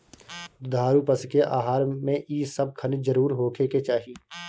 दुधारू पशु के आहार में इ सब खनिज जरुर होखे के चाही